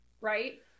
Right